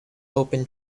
open